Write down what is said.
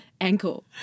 ankle